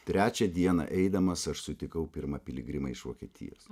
trečią dieną eidamas aš sutikau pirmą piligrimą iš vokietijos